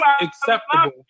acceptable